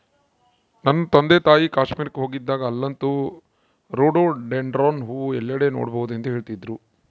ನನ್ನ ತಂದೆತಾಯಿ ಕಾಶ್ಮೀರಕ್ಕೆ ಹೋಗಿದ್ದಾಗ ಅಲ್ಲಂತೂ ರೋಡೋಡೆಂಡ್ರಾನ್ ಹೂವು ಎಲ್ಲೆಡೆ ನೋಡಬಹುದೆಂದು ಹೇಳ್ತಿದ್ರು